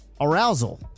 arousal